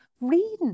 reading